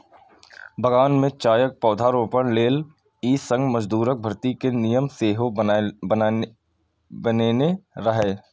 बगान मे चायक पौधारोपण लेल ई संघ मजदूरक भर्ती के नियम सेहो बनेने रहै